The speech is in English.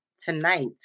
tonight